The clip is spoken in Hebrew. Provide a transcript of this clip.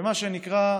ומה שנקרא,